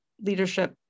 leadership